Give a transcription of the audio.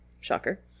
shocker